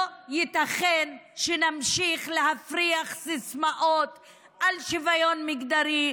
לא ייתכן שנמשיך להפריח סיסמאות על שוויון מגדרי,